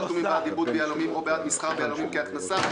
תשלומים בעד עיבוד יהלומים או בעד מסחר ביהלומים כהכנסה),